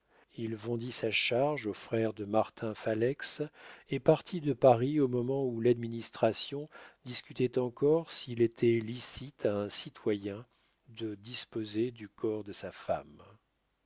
il vendit sa charge au frère de martin faleix et partit de paris au moment où l'administration discutait encore s'il était licite à un citoyen de disposer du corps de sa femme